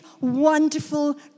wonderful